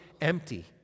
empty